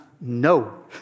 no